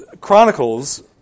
Chronicles